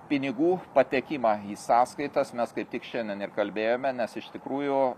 pinigų patekimą į sąskaitas mes kaip tik šiandien ir kalbėjome nes iš tikrųjų